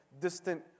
distant